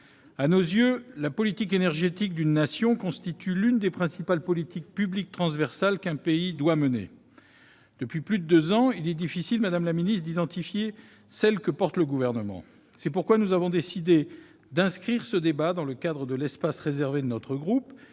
À nos yeux, la politique énergétique d'une nation constitue l'une des principales politiques publiques transversales qu'un pays doit mener. Or, depuis plus de deux ans, il est difficile d'identifier celle que porte le Gouvernement. C'est pourquoi nous avons décidé d'inscrire ce débat dans le cadre de l'espace réservé de notre groupe.